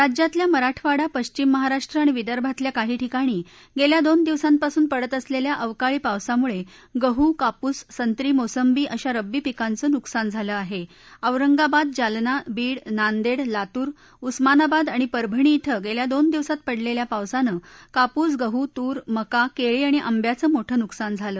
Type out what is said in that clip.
राज्यातल्या मराठवाडा पश्चिम महाराष्ट्र आणि विदर्भातल्या काही ठिकाणी गख्खा दोन दिवसांपासून पडत असलख्खा अवकाळी पावसामुळगिह् कापूस संत्री मोसंबी अशा रब्बी पिकांचं नुकसान झालं आह औरंगाबाद जालना बीड नांदडी लातूर उस्मानाबाद आणि परभणी इं गव्वी दोन दिवसात पडलखा पावसानं कापूस गहू तूर मका कळी आणि आंब्याचं मोठं नुकसान झालं